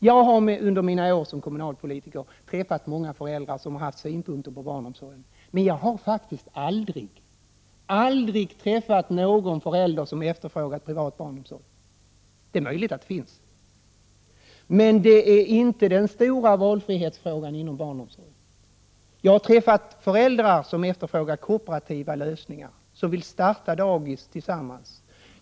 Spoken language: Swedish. Jag har under mina år som kommunalpolitiker träffat många föräldrar som haft synpunkter på barnomsorgen. Men jag har faktiskt aldrig någonsin träffat någon förälder som efterfrågat privat barnomsorg. Det är möjligt att de finns. Men det är inte den stora valfrihetsfrågan inom barnomsorgen. Jag har träffat föräldrar som efterfrågar kooperativa lösningar, som vill starta dagis tillsammans.